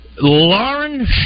Lauren